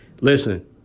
listen